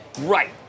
Right